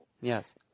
Yes